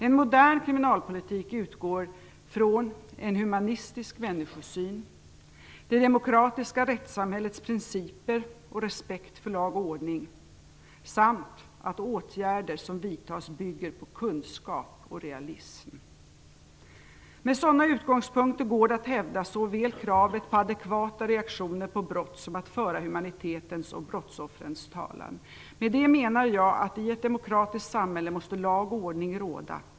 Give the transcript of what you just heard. En modern kriminalpolitik utgår från en humanistisk människosyn, från det demokratiska rättssamhällets principer och respekt för lag och ordning samt från att åtgärder som vidtas bygger på kunskap och realism. Med sådana utgångspunkter går det såväl att hävda kravet på adekvata reaktioner på brott som att föra humanitetens och brottsoffrens talan. Med det menar jag att i ett demokratiskt samhälle måste lag och ordning råda.